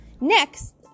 Next